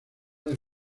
del